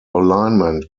alignment